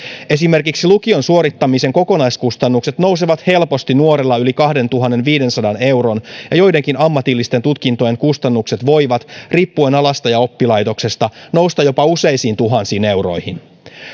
esimerkiksi lukion suorittamisen kokonaiskustannukset nousevat helposti nuorella yli kahdentuhannenviidensadan euron ja joidenkin ammatillisten tutkintojen kustannukset voivat riippuen alasta ja oppilaitoksesta nousta jopa useisiin tuhansiin euroihin